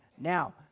now